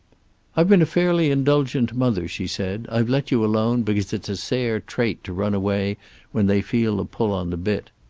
i've been a fairly indulgent mother, she said. i've let you alone, because it's a sayre trait to run away when they feel a pull on the bit.